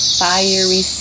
fiery